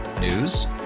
News